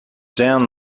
down